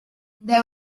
there